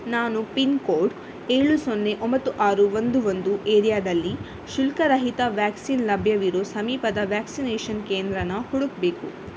ನಾನು pin code ಏಳು ಸೊನ್ನೆ ಒಂಬತ್ತು ಆರು ಒಂದು ಒಂದು ಏರಿಯಾದಲ್ಲಿ ಶುಲ್ಕ ರಹಿತ ವ್ಯಾಕ್ಸಿನ್ ಲಭ್ಯ ಇರೋ ಸಮೀಪದ ವ್ಯಾಕ್ಸಿನೇಷನ್ ಕೇಂದ್ರನ ಹುಡಕಬೇಕು